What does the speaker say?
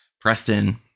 Preston